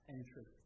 Entry